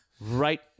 right